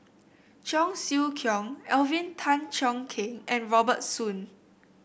Cheong Siew Keong Alvin Tan Cheong Kheng and Robert Soon